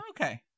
Okay